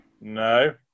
No